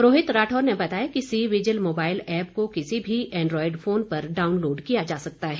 रोहित राठौर ने बताया कि सी विजिल मोबाइल एप को किसी भी एंड्रॉयड फोन पर डाउनलोड किया जा सकता है